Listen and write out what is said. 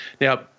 Now